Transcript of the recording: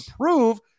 prove